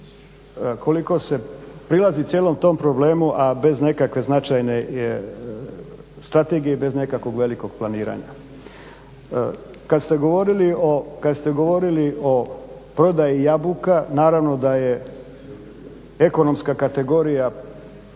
koliko se prilazi cijelom tom problemu a bez nekakve značajne strategije i bez nekakvog velikog planiranja. Kada ste govorili o prodaji jabuka, naravno da je ekonomska kategorija,